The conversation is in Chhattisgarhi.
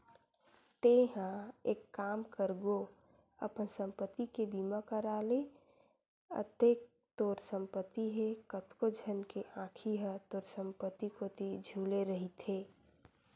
तेंहा एक काम कर गो अपन संपत्ति के बीमा करा ले अतेक तोर संपत्ति हे कतको झन के आंखी ह तोर संपत्ति कोती झुले रहिथे